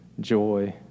joy